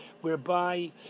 whereby